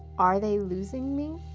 are they losing me?